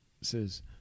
says